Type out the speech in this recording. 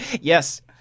Yes